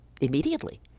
immediately